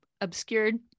obscured